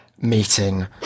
meeting